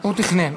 הוא תכנן.